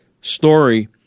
story